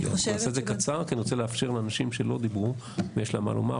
נעשה את זה קצר כי אני רוצה לאפשר לאנשים שלא דיברו ויש להם מה לומר,